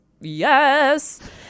yes